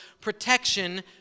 protection